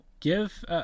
Give